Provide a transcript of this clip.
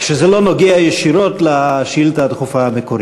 כשזה לא נוגע ישירות לשאילתה הדחופה המקורית.